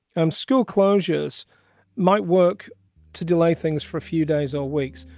um, school closures might work to delay things for a few days or weeks,